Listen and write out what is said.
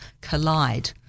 collide